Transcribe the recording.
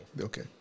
Okay